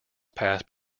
passed